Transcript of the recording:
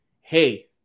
Hey